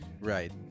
Right